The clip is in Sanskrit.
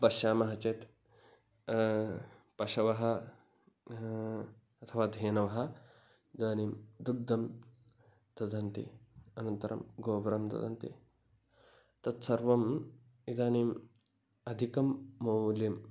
पश्यामः चेत् पशवः अथवा धेनवः इदानीं दुग्धं ददति अनन्तरं गोब्रं ददति तत्सर्वम् इदानीम् अधिकं मौल्यं